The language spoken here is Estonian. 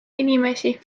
inimesi